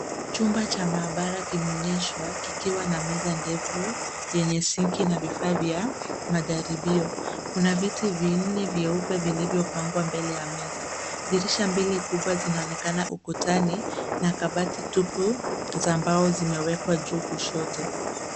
Chumba cha maabara kimeonyeshwa kikiwa na meza ndefu yenye sinki na vifaa vya majaribio. Kuna viti vinne vyeupe vilivyopangwa mbele ya meza. Dirisha mbili kubwa zinaonekana ukutani na kabati tupu za mbao zimewekwa juu kushoto.